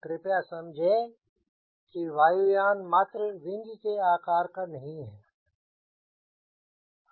कृपया समझें कि वायुयान मात्र विंग के आकार का नहीं है